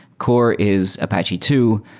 core is apache two.